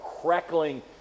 crackling